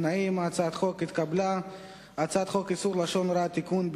להעביר את הצעת חוק איסור לשון הרע (תיקון,